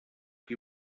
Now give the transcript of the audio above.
qui